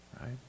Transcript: Right